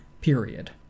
Period